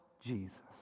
Jesus